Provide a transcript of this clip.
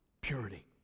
purity